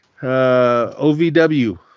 OVW